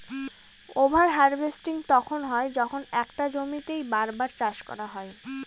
over harvesting তখন হয় যখন একটা জমিতেই বার বার চাষ করা হয়